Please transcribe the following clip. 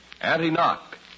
anti-knock